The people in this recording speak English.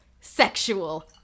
sexual